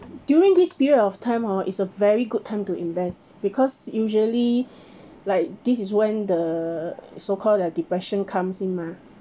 during this period of time hor is a very good time to invest because usually like this is when the so called their depression comes in mah